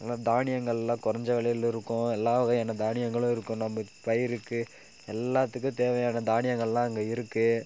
நல்லா தானியங்கள்லாம் கொறைஞ்ச விலையில இருக்கும் எல்லா வகையான தானியங்களும் இருக்கும் நம்ம பயிருக்கு எல்லாத்துக்கும் தேவையான தானியங்கள்லாம் அங்கே இருக்குது